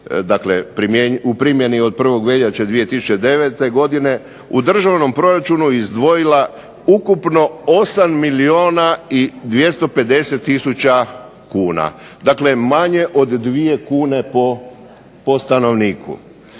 u primjeni od 1. veljače 2009. godine, u državnom proračunu izdvojila ukupno 8 milijuna i 250 tisuća kuna, dakle manje od 2 kune po stanovniku,